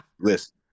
Listen